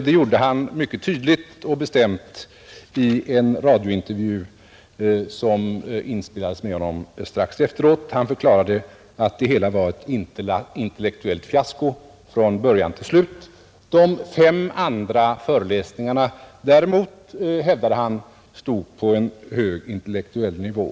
Det gjorde han mycket tydligt och bestämt i en radiointervju med honom, som inspelades strax efter den aktuella händelsen. Han förklarade att det hela från början till slut var ett intellektuellt fiasko. Däremot hävdade han att de fem andra föreläsningarna stod på en hög intellektuell nivå.